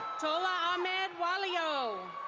tola ahmed walio.